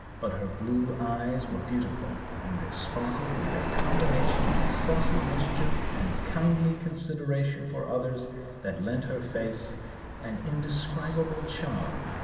but her blue eyes were beautiful, and they sparkled with a combination of saucy mischief and kindly consideration for others that lent her face an indescribable charm.